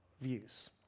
views